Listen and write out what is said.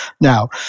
Now